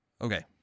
Okay